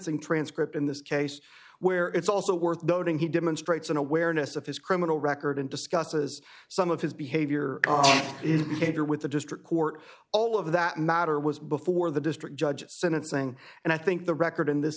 sentencing transcript in this case where it's also worth noting he demonstrates an awareness of his criminal record and discusses some of his behavior paper with the district court all of that matter was before the district judge sentencing and i think the record in this